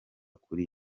kuri